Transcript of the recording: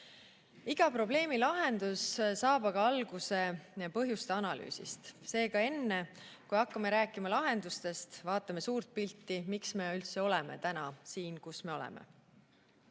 Iga probleemi lahendus saab aga alguse põhjuste analüüsist. Seega, enne, kui hakkame rääkima lahendustest, vaatame suurt pilti, miks me üldse oleme siin, kus me